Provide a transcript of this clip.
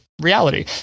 reality